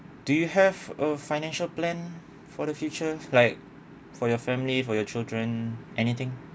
do you have a financial plan for the future like for your family for your children anything